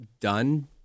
done